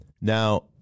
Now